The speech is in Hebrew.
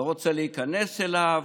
אני לא רוצה להיכנס אליו,